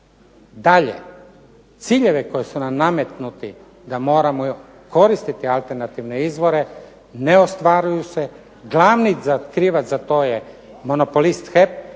Dalje, ciljevi koji su nam nametnuti da moramo koristiti alternativne izvore ne ostvaruju se. Glavni krivac za to je monopolist HEP